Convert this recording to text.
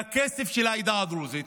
מהכסף של העדה הדרוזית,